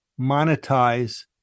monetize